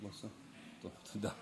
תודה.